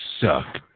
suck